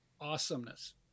awesomeness